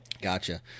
Gotcha